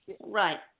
Right